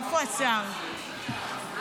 איפה השר התורן?